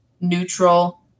neutral